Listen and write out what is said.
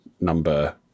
number